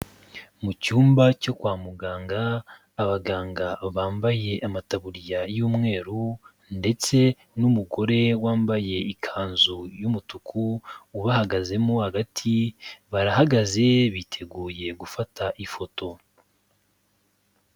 Mu cyumba cyo kwa muganga, abaganga bambaye amataburiya y'umweru ndetse n'umugore wambaye ikanzu y'umutuku ubahagazemo hagati, barahagaze biteguye gufata ifoto.